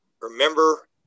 Remember